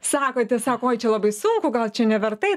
sakote sako oi čia labai sunku gal čia neverta eit